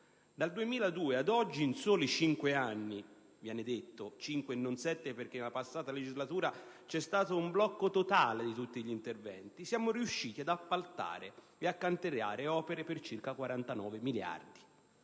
dal 2002 ad oggi, in soli cinque anni - cinque e non sette anni perché durante la passata legislatura c'è stato un blocco di tutti gli interventi - siamo riusciti ad appaltare e a cantierare opere per circa 49 miliardi